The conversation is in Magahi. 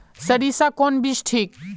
सरीसा कौन बीज ठिक?